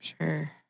Sure